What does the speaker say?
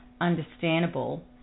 understandable